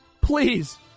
please